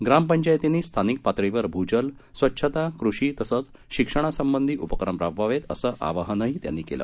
ग्रामपंचायतींनी स्थानिक पातळीवर भू जल स्वच्छता कृषी तसंच शिक्षणासंबंधीचे उपक्रम राबवावेत असं आवाहनही त्यांनी केलं